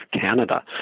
Canada